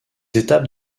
étapes